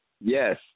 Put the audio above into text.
Yes